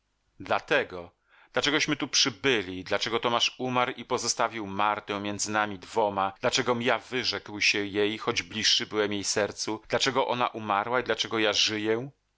dlatego dlaczegośmy tu przybyli dlaczego tomasz umarł i pozostawił martę między nami dwoma dlaczegom ja wyrzekł się jej choć bliższy byłem jej sercu dlaczego ona umarła i dlaczego ja żyję